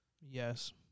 yes